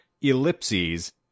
Ellipses